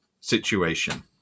situation